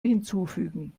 hinzufügen